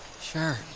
Sure